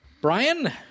Brian